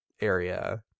area